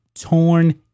torn